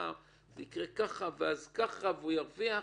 זה יקרה ככה, ואז ככה והוא ירוויח.